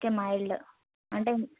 okay mild అంటే